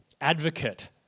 advocate